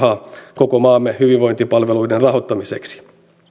koko maamme hyvinvointipalveluiden rahoittamiseksi